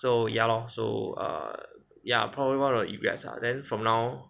so ya lor so err ya probably one of the regrets ah then from now